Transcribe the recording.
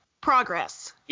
progress